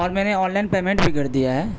اور میں نے آنلائن پیمنٹ بھی کر دیا ہے